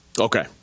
Okay